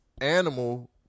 animal